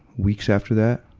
weeks after that,